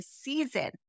season